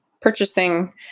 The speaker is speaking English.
Purchasing